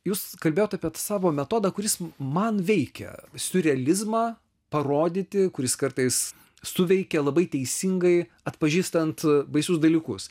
jūs kalbėjot apie savo metodą kuris man veikia siurrealizmą parodyti kuris kartais suveikia labai teisingai atpažįstant baisius dalykus